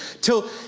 till